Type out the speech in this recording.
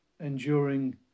Enduring